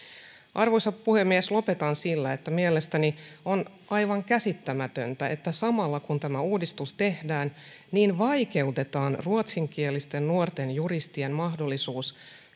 arvoisa puhemies lopetan siihen että mielestäni on aivan käsittämätöntä että samalla kun tämä uudistus tehdään vaikeutetaan ruotsinkielisten nuorten juristien mahdollisuutta